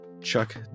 Chuck